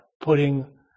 putting